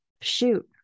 shoot